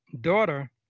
daughter